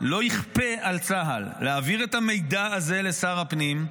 לא יכפה על צה"ל להעביר את המידע הזה לשר הפנים,